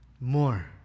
more